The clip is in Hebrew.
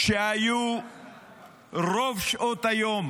שהיו רוב שעות היום